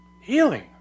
Healing